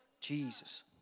Jesus